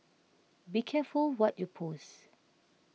be careful what you post